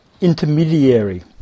intermediary